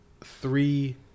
three